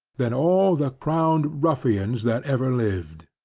than all the crowned ruffians that ever lived.